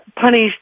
punished